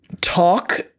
talk